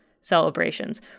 celebrations